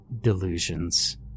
delusions